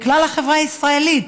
בכלל החברה הישראלית,